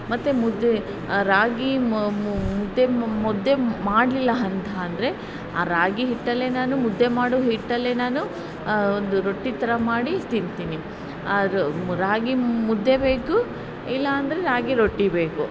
ಮತ್ತು ಮುದ್ದೆ ರಾಗಿ ಮುದ್ದೆ ಮುದ್ದೆ ಮಾಡಲಿಲ್ಲ ಅಂತ ಅಂದರೆ ಆ ರಾಗಿಹಿಟ್ಟಲ್ಲೇ ನಾನು ಮುದ್ದೆ ಮಾಡೋ ಹಿಟ್ಟಲ್ಲೇ ನಾನು ಒಂದು ರೊಟ್ಟಿ ಥರ ಮಾಡಿ ತಿಂತೀನಿ ಆ ರಾಗಿ ಮುದ್ದೆ ಬೇಕು ಇಲ್ಲಾಂದರೆ ರಾಗಿ ರೊಟ್ಟಿ ಬೇಕು